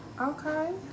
Okay